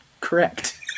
correct